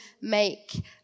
make